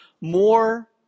more